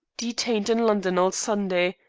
detained in london all sunday,